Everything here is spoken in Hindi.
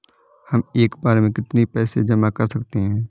हम एक बार में कितनी पैसे जमा कर सकते हैं?